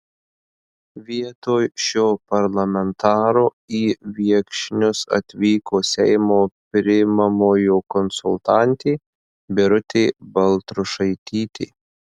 vietoj šio parlamentaro į viekšnius atvyko seimo priimamojo konsultantė birutė baltrušaitytė